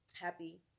happy